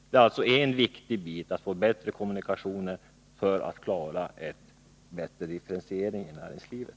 Det är en viktig bit i länets utveckling — att få bättre kommunikationer för att klara en bättre differentiering av näringslivet.